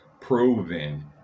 proven